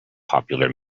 popular